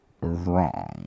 wrong